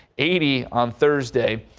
eighty on thursday,